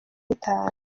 n’itanu